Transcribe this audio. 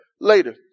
later